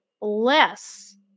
less